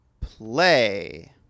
Play